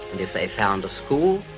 if they found a school,